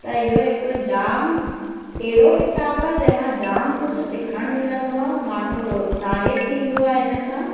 त इहो हिकु जाम अहिड़ो किताबु आहे जंहिंमां जाम कुझु सिखणु मिलंदो आहे माण्हू प्रोत्साहित थींदो आहे हिन सां